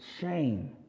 shame